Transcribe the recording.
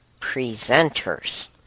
presenters